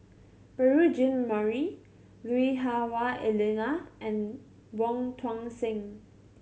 Beurel Jean Marie Lui Hah Wah Elena and Wong Tuang Seng